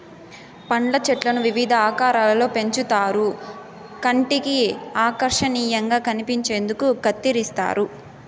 పండ్ల చెట్లను వివిధ ఆకారాలలో పెంచుతారు కంటికి ఆకర్శనీయంగా కనిపించేందుకు కత్తిరిస్తారు